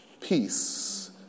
peace